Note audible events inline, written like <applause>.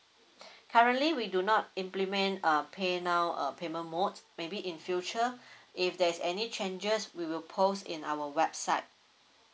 currently we do not implement uh paynow uh payment mode maybe in future <breath> if there is any changes we will post in our website